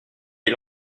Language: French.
est